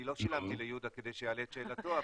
אני לא שילמתי ליהודה כדי שיעלה את שאלתו.